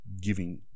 giving